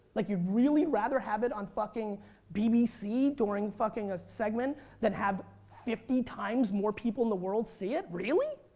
like you'd really rather have it on fucking bbc during a ah segment then have fifty times more people in the world see it, really?